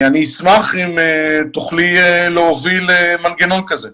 אני אשמח אם תוכלי להוביל מנגנון כזה.